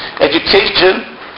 Education